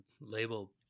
label